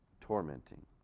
tormenting